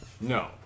No